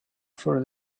for